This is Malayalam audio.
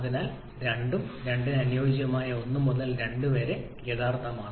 അതിനാൽ 2 ഉം 2 ഉം 2 ഉം അനുയോജ്യമായ ഒന്ന് മുതൽ 2 വരെ 'യഥാർത്ഥമാണ്